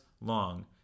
long